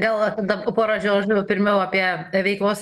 gal tada porą žodžių pirmiau apie veiklos